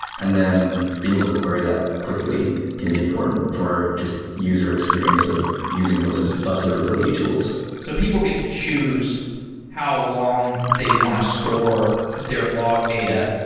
and then being able to query that quickly can be important for just user experience of using those observability tools so people get to choose how long they want to store their log data,